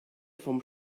vom